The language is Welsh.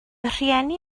rhieni